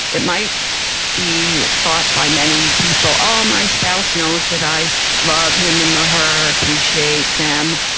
it might be thought by many people, oh my spouse knows that i love him him or her, appreciate them.